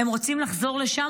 הם רוצים לחזור לשם,